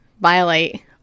violate